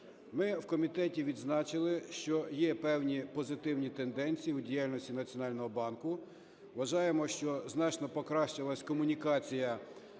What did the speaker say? Ми в комітеті відзначили, що є певні позитивні тенденції в діяльності Національного банку. Вважаємо, що значно покращилась комунікація